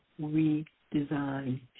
Redesign